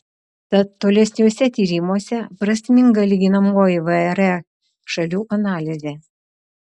tad tolesniuose tyrimuose prasminga lyginamoji vre šalių analizė